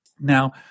Now